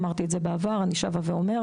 אמרתי את זה בעבר ואני שבה ואומרת.